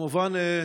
כמובן,